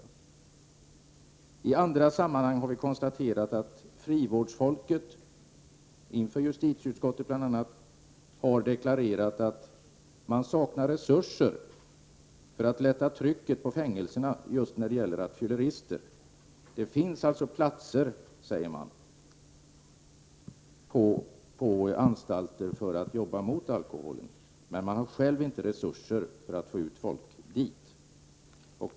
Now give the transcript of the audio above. Vi har i andra sammanhang, bl.a. i justitieutskottet, kunnat konstatera att de som är verksamma inom frivården säger sig sakna resurser för att lätta trycket på fängelserna när det gäller behandlingen av rattfyllerister. Det finns platser på anstalter, men man har inom frivården inte resurser för att få folk dit.